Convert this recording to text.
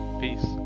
Peace